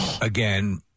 again